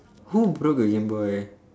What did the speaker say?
who broke the gameboy